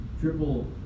triple